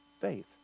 faith